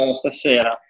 stasera